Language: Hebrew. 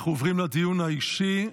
אנחנו עוברים לדיון האישי.